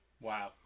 Wow